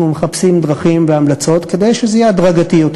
אנחנו מחפשים דרכים והמלצות כדי שזה יהיה הדרגתי יותר,